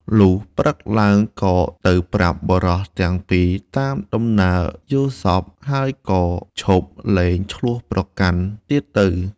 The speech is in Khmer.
លុះព្រឹកឡើង ក៏ទៅប្រាប់បុរសទាំងពីរតាមដំណើរយល់សប្តិ ហើយក៏ឈប់លែងឈ្លោះប្រកាន់ទៀតទៅ ។